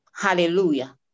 Hallelujah